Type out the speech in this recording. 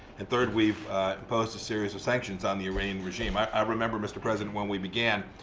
and, third, we've imposed a series of sanctions on the iranian regime. i i remember, mr. president, when we began,